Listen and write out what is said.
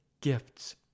gifts